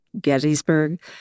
Gettysburg